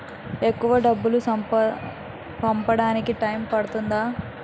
ఎక్కువ డబ్బు పంపడానికి టైం పడుతుందా?